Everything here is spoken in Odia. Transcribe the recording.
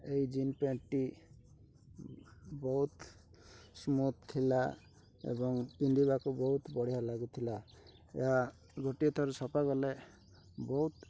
ଏଇ ଜିନ୍ ପ୍ୟାଣ୍ଟଟି ବହୁତ ସ୍ମୁଥ୍ ଥିଲା ଏବଂ ପିନ୍ଧିବାକୁ ବହୁତ ବଢ଼ିଆ ଲାଗୁଥିଲା ଏହା ଗୋଟିଏ ଥର ସଫା କଲେ ବହୁତ